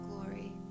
glory